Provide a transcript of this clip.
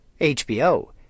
HBO